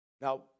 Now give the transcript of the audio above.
Now